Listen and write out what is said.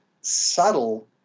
subtle